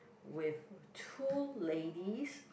with two ladies